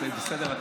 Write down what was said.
אתם בסדר,